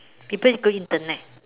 people go internet